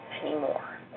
anymore